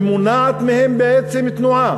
ומונעת מהם בעצם תנועה.